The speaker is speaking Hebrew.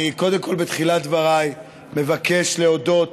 אני, קודם כול, בתחילת דבריי, מבקש להודות